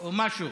או משהו,